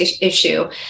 issue